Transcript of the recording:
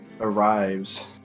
arrives